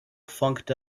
funked